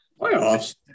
playoffs